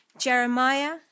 Jeremiah